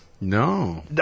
No